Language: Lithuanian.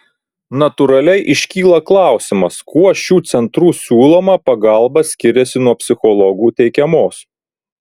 natūraliai iškyla klausimas kuo šių centrų siūloma pagalba skiriasi nuo psichologų teikiamos